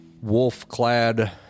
wolf-clad